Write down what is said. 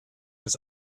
des